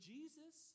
Jesus